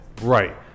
Right